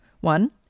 One